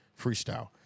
Freestyle